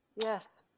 Yes